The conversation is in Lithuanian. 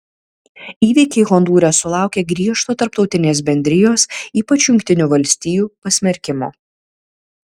įvykiai hondūre sulaukė griežto tarptautinės bendrijos ypač jungtinių valstijų pasmerkimo